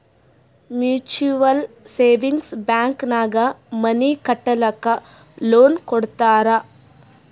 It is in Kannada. ಮ್ಯುಚುವಲ್ ಸೇವಿಂಗ್ಸ್ ಬ್ಯಾಂಕ್ ನಾಗ್ ಮನಿ ಕಟ್ಟಲಕ್ಕ್ ಲೋನ್ ಕೊಡ್ತಾರ್